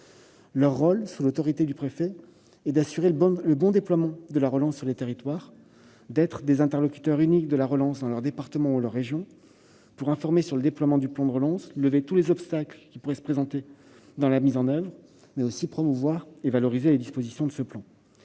Leur rôle, sous l'autorité du préfet, est d'assurer le bon déploiement de la relance sur le territoire, d'être des interlocuteurs uniques de la relance dans leur département ou leur région pour informer sur le déploiement du plan et lever tous les obstacles qui pourraient se présenter lors de sa mise en oeuvre. Il leur revient également de promouvoir et de valoriser les dispositions du plan,